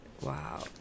Wow